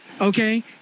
Okay